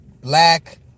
black